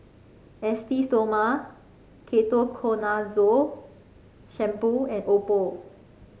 Esteem Stoma Ketoconazole Shampoo and Oppo